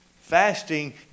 Fasting